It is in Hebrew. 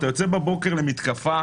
אתה יוצא בבוקר למתקפה,